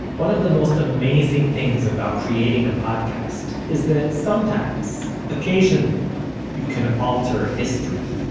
one of the most amazing things about creating a podcast, is that sometimes occasionally you can alter history.